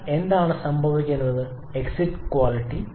എന്നാൽ എന്താണ് സംഭവിക്കുന്നത് എക്സിറ്റ് ക്വാളിറ്റി